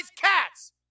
cats